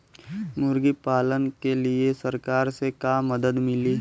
मुर्गी पालन के लीए सरकार से का मदद मिली?